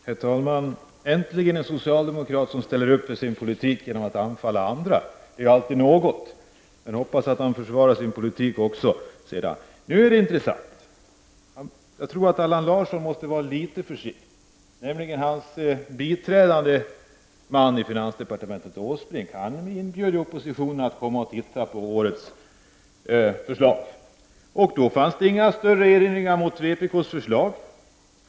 Herr talman! Äntligen en socialdemokrat som ställer upp för sin politik genom att anfalla andra. Det är ju alltid något. Jag hoppas att han sedan också försvarar sin politik. Nu är det intressant. Jag tror att Allan Larsson måste vara litet försiktig. Hans biträdande man i finansdepartementet, Åsbrink, inbjöd ju oppositionen att komma och titta på beräkningarna över årets förslag, och då fanns det inga större erinringar mot det vi hade föreslagit.